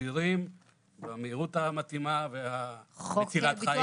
סבירים במהירות המתאימה -- חוק ביטוח